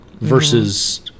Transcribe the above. versus